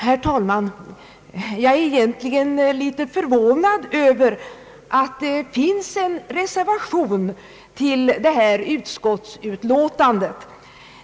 Herr talman! Jag är något förvånad att det finns en reservation till detta utskottsutlåtande.